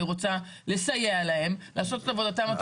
אני רוצה לסייע להם לעשות את עבודתם הטובה ביותר.